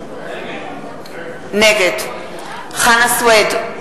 נגד חנא סוייד,